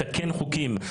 מתקן חוקים,